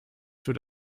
für